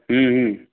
হ্যাঁ হ্যাঁ